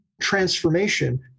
Transformation